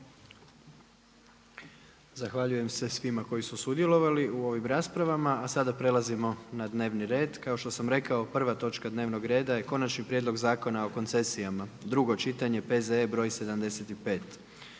Zahvaljujem se svima koji su sudjelovali u ovim raspravama. A sada prelazimo na dnevni red, kao što sam rekao prva točka dnevnog reda je: - Konačni prijedlog Zakona o koncesijama, drugo čitanje, P.Z.E. br. 75